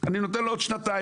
אני נותן לו עוד שנתיים.